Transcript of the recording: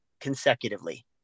consecutively